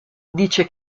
dice